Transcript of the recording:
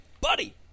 buddy